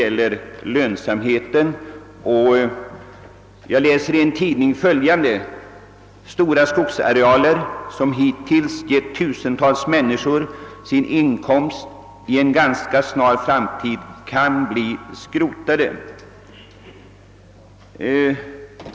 Sålunda läste jag häromdagen 1 en tidning att »stora skogsarealer, som hittills gett tusentals människor sin utkomst, i en ganska snar framtid kan bli ”skrotade'».